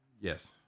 Yes